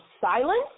silence